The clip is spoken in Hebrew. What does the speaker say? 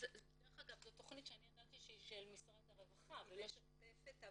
זאת תכנית שידעתי שהיא של משרד הרווחה ולא -- היא תכנית משותפת.